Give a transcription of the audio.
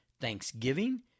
thanksgiving